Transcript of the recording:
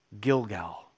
Gilgal